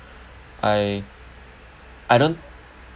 I I don't